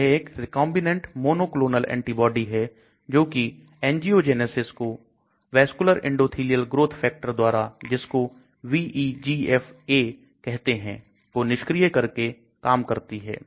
यह एक recombinant monoclonal antibody है जो कि angiogenesis को vascular endothelial growth factor द्वारा जिसको कहते हैं को निष्क्रिय करके कम करती है